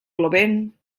plovent